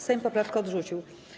Sejm poprawkę odrzucił.